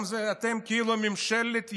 גם אתם, כאילו ממשלת ימין,